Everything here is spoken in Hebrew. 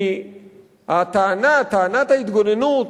כי הטענה, טענת ההתגוננות